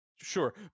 Sure